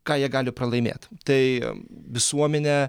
ką jie gali pralaimėti tai visuomenė